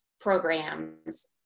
programs